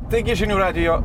taigi žinių radijo